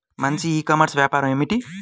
మంచి e commerce వ్యాపారం ఏమిటీ?